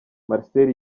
marcel